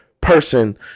person